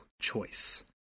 choice